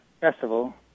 festival